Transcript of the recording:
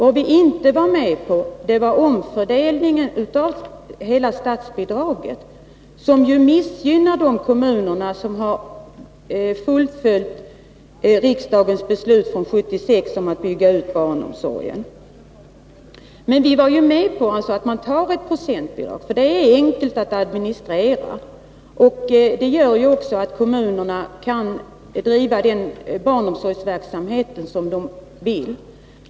Vad vi inte var med på var omfördelningen av hela statsbidraget, som ju missgynnar de kommuner som fullföljt riksdagens beslut år 1976 om att bygga ut barnomsorgen. Men vi var alltså med på ett procentbidrag. Ett sådant är enkelt att administrera, och det gör att kommunerna kan driva den barnomsorgsverksamhet som de önskar.